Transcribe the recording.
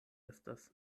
estas